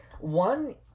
One